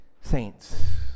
saints